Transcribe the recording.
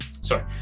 Sorry